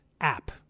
app